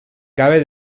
cabe